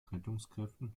rettungskräften